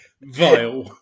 Vile